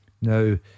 Now